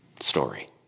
story